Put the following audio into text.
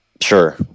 sure